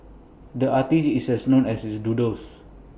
the artist is as known as his doodles